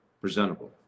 presentable